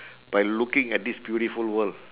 by looking at this beautiful world